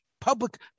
public